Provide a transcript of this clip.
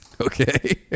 Okay